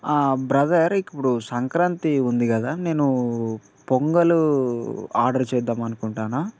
brother ఇప్పుడు సంక్రాంతి ఉంది కదా నేను పొంగల్ ఆర్డర్ చేద్దాం అనుకుంటున్నా